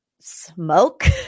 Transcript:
smoke